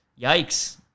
yikes